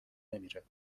نمیره